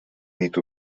nit